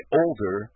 older